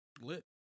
Lit